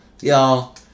y'all